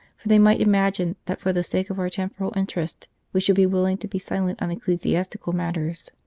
for they might imagine that for the sake of our temporal interests we should be willing to be silent on ecclesiastical matters.